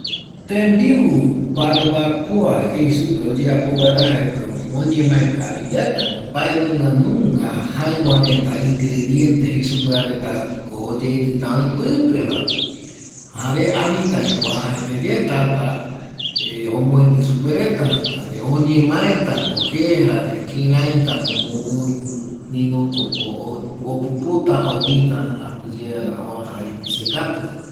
Tembiu barbakoa jei supe oyeapo vaera oñemaekavi yaetako mbae nunga jaƚva reta ingrediente jei supava retako oyeitƚta öi pƚpeva jare anitaviko oajaeteye tata omoendƚ supe reta jare oñemaetako je jare kiraitako mbovƚ minutoko opuputa oyƚta aguƚyeara oaja ipise katuva